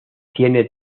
tiene